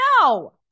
No